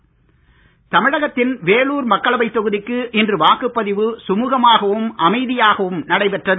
வேலூர் தமிழகத்தின் வேலூர் மக்களவை தொகுதிக்கு இன்று வாக்குப் பதிவு சுமுகமாகவும் அமைதியாகவும் நடைபெற்றது